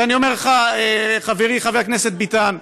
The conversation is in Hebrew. ואני אומר לך, חברי חבר הכנסת ביטן,